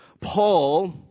Paul